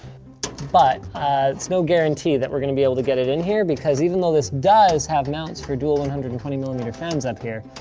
but it's no guarantee that we're gonna be able to get it in here, because even though this does have mounts for dual one hundred and twenty millimeter fans up here,